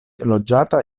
loĝata